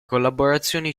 collaborazioni